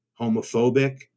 homophobic